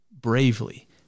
bravely